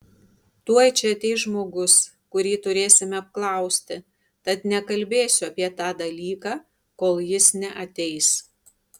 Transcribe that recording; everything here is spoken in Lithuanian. tuoj čia ateis žmogus kurį turėsime apklausti tad nekalbėsiu apie tą dalyką kol jis neateis